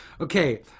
okay